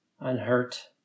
unhurt